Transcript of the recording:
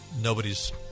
nobody's